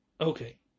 Okay